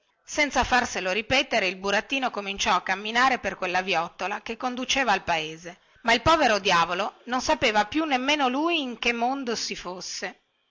senza farselo ripetere il burattino cominciò a camminare per quella viottola che conduceva al paese ma il povero diavolo non sapeva più nemmeno lui in che mondo si fosse